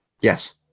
Yes